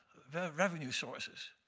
revenue sources.